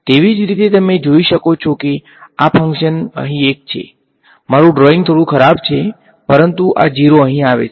તેવી જ રીતે તમે જોઈ શકો છો કે આ ફંકશન અહીં એક છે મારું ડ્રોઇંગ થોડું ખરાબ છે પરંતુ આ 0 અહી આવે છે